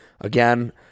again